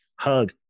hug